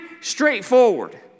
straightforward